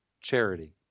charity